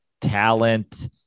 talent